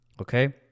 Okay